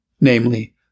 Namely